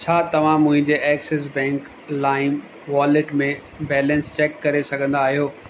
छा तव्हां मुंहिंजे एक्सिस बैंक लाइम वॉलेट में बैलेंस चेक करे सघंदा आहियो